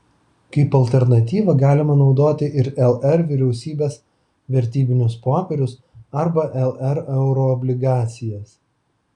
kaip alternatyvą galima naudoti ir lr vyriausybės vertybinius popierius arba lr euroobligacijas